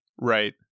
Right